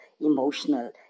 emotional